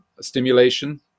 stimulation